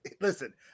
Listen